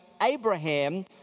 Abraham